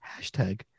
hashtag